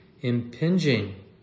impinging